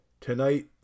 Tonight